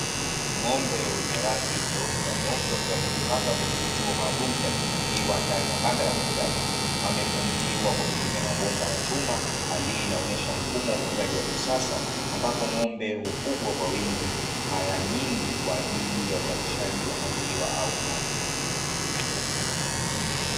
Ng'ombe wenye rangi nyeusi na nyeupe, wakiwa wamejipanga kwenye vituo maalumu vya kufungiwa ndani ya banda la ufugaji. Wamefungiwa kwa kutumia mabomba ya chuma. Hali hii inaonyesha mfumo wa ufugaji wa kisasa, ambapo ng'ombe hufugwa kwa wingi mara nyingi kwa ajili ya uzalishaji wa maziwa au nyama.